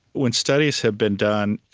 when studies have been done,